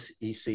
EC